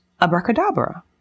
abracadabra